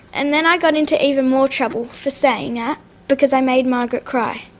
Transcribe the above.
and then i got into even more trouble for saying that because i made margaret cry.